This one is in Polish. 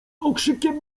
okrzykiem